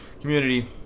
community